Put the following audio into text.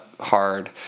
hard